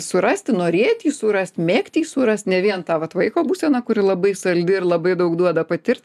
surasti norėt jį surast mėgt jį surast ne vien tą vat vaiko būseną kuri labai saldi ir labai daug duoda patirt